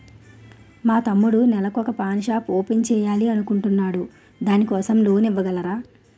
మా తమ్ముడు నెల వొక పాన్ షాప్ ఓపెన్ చేయాలి అనుకుంటునాడు దాని కోసం లోన్ ఇవగలరా?